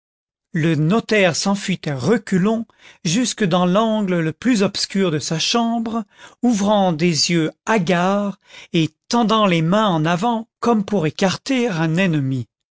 le notaire s'enfuit à reculons jusque dans l'angle le plus obscur de sa chambre ouvrant des yeux hagards et tendant les mains en avant comme poui écarter un ennemi